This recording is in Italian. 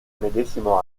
medesimo